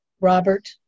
Robert